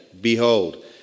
Behold